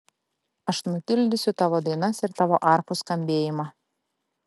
aš nutildysiu tavo dainas ir tavo arfų skambėjimą